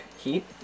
heat